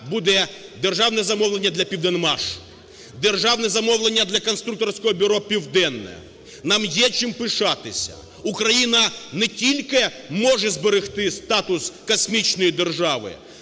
буде державне замовлення для "Південмашу", державне замовлення для Конструкторського бюро "Південне". Нам є чим пишатися, Україна не тільки може зберегти статус космічної держави,